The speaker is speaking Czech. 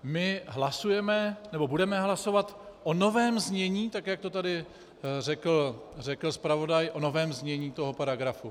My hlasujeme, nebo budeme hlasovat o novém znění, tak jak to tady řekl zpravodaj, o novém znění toho paragrafu.